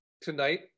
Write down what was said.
tonight